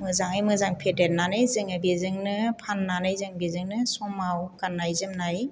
मोजाङै मोजां फेदेरनानै जोङो बेजोंनो फाननानै जोङो बेजोंनो समाव गाननाय जोमनाय